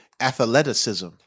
athleticism